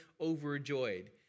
overjoyed